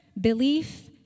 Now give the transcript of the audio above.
belief